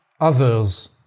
others